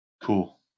cool